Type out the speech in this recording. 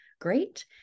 great